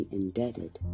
indebted